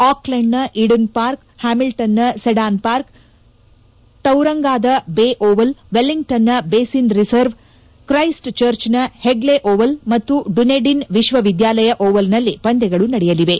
ಆಕ್ಲೆಂಡ್ನ Eden Park ಹ್ಚಾಮಿಲ್ವನ್ನ Seddon Park ಟೌರಂಗಾದ Bay Oval ವೆಲ್ಲಿಂಗ್ಟನ್ನ ಬೇಒನ್ ರಿಸರ್ವ್ ಕ್ರೈಸ್ಟ್ಚರ್ಚ್ನ ಹೆಗ್ಗೆ ಓವಲ್ ಮತ್ತು ಡುನೆಡಿನ್ ವಿಶ್ವವಿದ್ದಾಲಯ ಓವಲ್ನಲ್ಲಿ ಪಂದ್ಯಗಳು ನಡೆಯಲಿವೆ